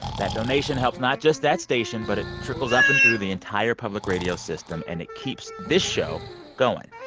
that donation helps not just that station, but it trickles up and through the entire public radio system. and it keeps this show going.